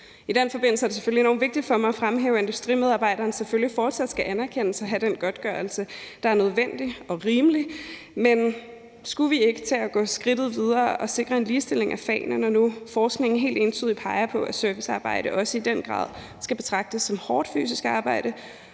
I den forbindelse er det selvfølgelig enormt vigtigt for mig at fremhæve, at industriarbejderen selvfølgelig fortsat skal anerkendes og have den godtgørelse, der er nødvendig og rimelig, men skulle vi ikke tage at gå skridtet videre og sikre en ligestilling af fagene, når nu forskningen helt entydigt peger på, at servicearbejde også i den grad skal betragtes som hårdt fysisk arbejde